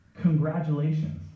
congratulations